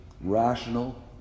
rational